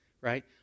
right